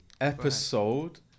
Episode